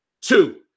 Two